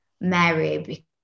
Mary